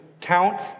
count